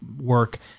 work